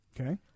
Okay